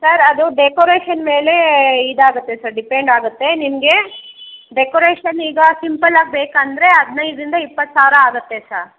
sir ಅದು ಡೆಕೊರೇಷನ್ ಮೇಲೆ ಇದಾಗುತ್ತೆ ಸರ್ ಡಿಪೆಂಡಾಗುತ್ತೆ ನಿಮಗೆ ಡೆಕೊರೇಷನ್ ಈಗ ಸಿಂಪಲಾಗಿ ಬೇಕಂದರೆ ಹದಿನೈದರಿಂದ ಇಪ್ಪತ್ತು ಸಾವಿರ ಆಗುತ್ತೆ ಸ